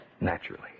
Naturally